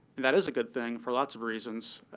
that is a good thing for lots of reasons.